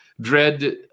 Dread